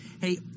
hey